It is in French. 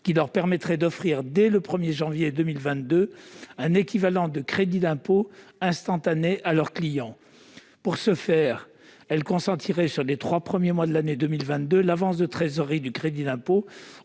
leur permettant d'offrir, dès le 1 janvier 2022, un équivalent du crédit d'impôt instantané à leurs clients. Pour ce faire, elles consentiraient, sur les trois premiers mois de l'année 2022, à faire l'avance de trésorerie du crédit d'impôt